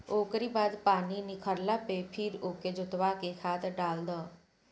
ओकरी बाद पानी निखरला पे फिर ओके जोतवा के खाद डाल दअ